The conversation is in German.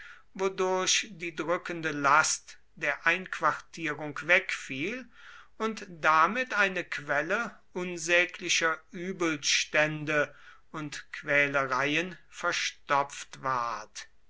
wodurch die drückende last der einquartierung wegfiel und damit eine quelle unsäglicher übelstände und quälereien verstopft ward